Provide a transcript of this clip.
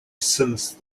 since